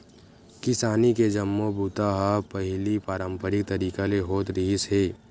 किसानी के जम्मो बूता ह पहिली पारंपरिक तरीका ले होत रिहिस हे